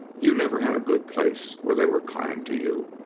you never had a good place where they were kind to you,